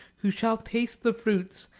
who shall taste the fruits,